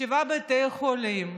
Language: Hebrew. אבל שבעה בתי חולים,